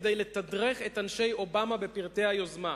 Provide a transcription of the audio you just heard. כדי לתדרך את אנשי אובמה בפרטי היוזמה.